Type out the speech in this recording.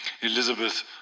Elizabeth